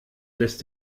lässt